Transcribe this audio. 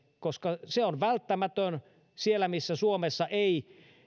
koska auto on välttämätön siellä missä suomessa ei